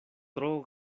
tro